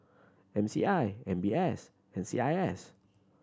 M C I M B S and C I S